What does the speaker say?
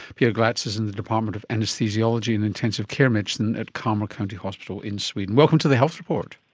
pia glatz is in the department of anaesthesiology and intensive care medicine at kalmar county hospital in sweden. welcome to the health report.